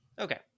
Okay